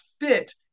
fit